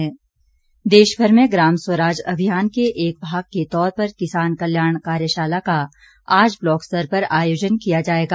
ग्राम स्वराज अभियान देशभर में ग्राम स्वराज अभियान के एक भाग के तौर पर किसान कल्याण कार्यशाला का आज ब्लाक स्तर पर आयोजन किया जाएगा